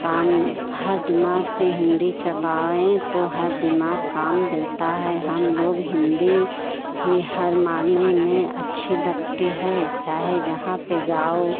काम हर दिमाग़ से हिन्दी चलाएं तो हर दिमाग़ काम देता है हम लोग हिन्दी ही हर माने में अच्छी लगती है चाहे जहाँ पर जाओ